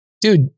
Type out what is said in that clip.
dude